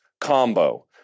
combo